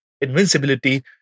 invincibility